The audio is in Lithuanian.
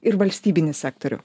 ir valstybinį sektorių